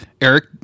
Eric